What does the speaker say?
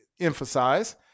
emphasize